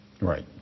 right